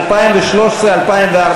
2013 2014,